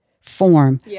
form